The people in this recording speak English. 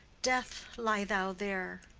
death, lie thou there,